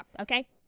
Okay